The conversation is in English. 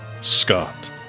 Scott